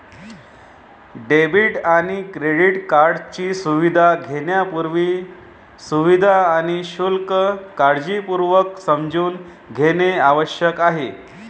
debit आणि credit कार्डची सुविधा घेण्यापूर्वी, सुविधा आणि शुल्क काळजीपूर्वक समजून घेणे आवश्यक आहे